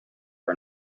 are